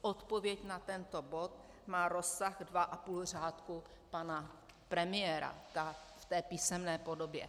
Odpověď na tento bod má rozsah 2,5 řádku pana premiéra v té písemné podobě.